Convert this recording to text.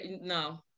No